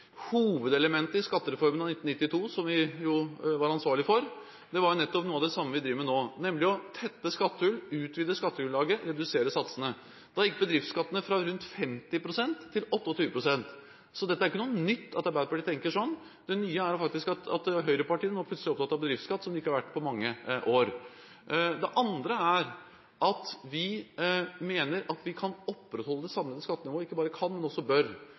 Hovedelementet i skattereformen av 1992, som vi var ansvarlige for, var nettopp noe av det samme som vi driver med nå, nemlig å tette skattehull, utvide skattegrunnlaget og redusere satsene. Da gikk bedriftsskattene fra rundt 50 pst. til 28 pst., så det er ikke noe nytt at Arbeiderpartiet tenker sånn. Det nye er faktisk at høyrepartiene nå plutselig er opptatt av bedriftsskatt, som de ikke har vært på mange år. Det andre er at vi mener at vi kan opprettholde det samme skattenivået – vi ikke bare kan, men vi bør.